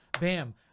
bam